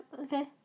okay